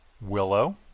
willow